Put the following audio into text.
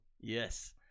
Yes